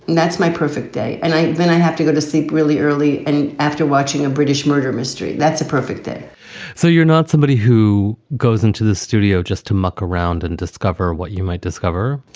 that's my perfect day. and then i have to go to sleep really early. and after watching a british murder mystery, that's a perfect day so you're not somebody who goes into the studio just to muck around and discover what you might discover?